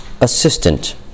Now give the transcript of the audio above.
assistant